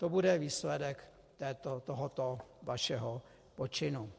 To bude výsledek tohoto vašeho počinu.